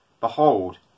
Behold